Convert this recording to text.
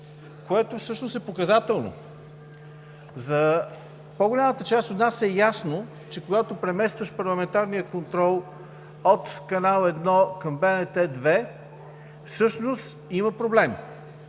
което е показателно. За по-голямата част от нас е ясно, че когато преместваш парламентарния контрол от Канал 1 към БНТ 2, всъщност има проблеми,